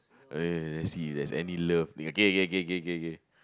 uh let's see if there's any love K K K K K